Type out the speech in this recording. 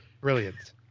Brilliant